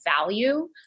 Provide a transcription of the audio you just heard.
value